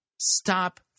stop